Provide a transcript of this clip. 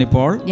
Paul